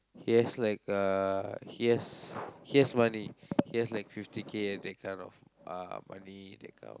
he has like uh he has he has money he has like fifty K and that kind of uh money that kind of